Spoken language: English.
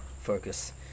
focus